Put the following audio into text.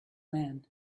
man